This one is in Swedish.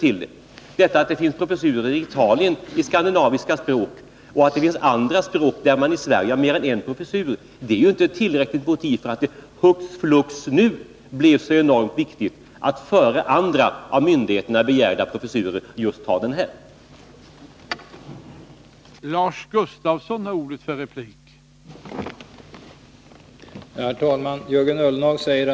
Detta att det i Italien finns professurer i skandinaviska språk och att vi i Sverige när det gäller andra språk har mer än en professur är inte tillräckligt motiv till att det hux flux blir så enormt viktigt att före andra av myndigheterna begärda professurer inrätta just denna professur.